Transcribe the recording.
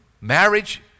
marriage